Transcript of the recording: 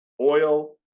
oil